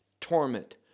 torment